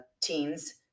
teens